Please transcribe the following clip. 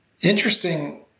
interesting